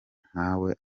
nkawe